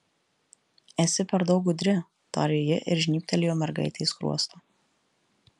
esi per daug gudri tarė ji ir žnybtelėjo mergaitei skruostą